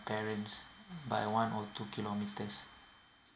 parents by one or two kilometers